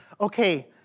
okay